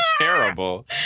Terrible